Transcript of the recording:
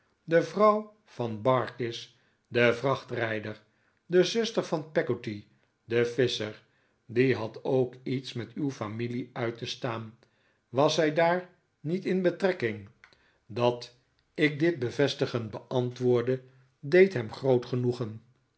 de vrouw van barkis den vrachtrijder de zuster van peggotty den visscher die had ook iets met uw familie uit te staan was zij daar niet in betrekking dat ik dit bevestigend beantwoordde deed hem groot genoegen